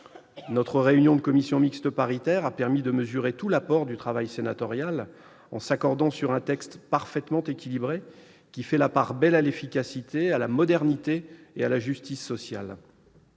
Hervé Maurey. La commission mixte paritaire a permis de mesurer tout l'apport du travail sénatorial en s'accordant sur un texte parfaitement équilibré, qui fait la part belle à l'efficacité, à la modernité et à la justice sociale.